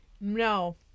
No